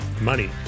money